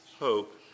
hope